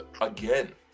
again